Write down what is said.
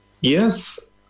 yes